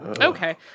Okay